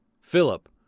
Philip